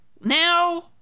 now